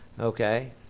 Okay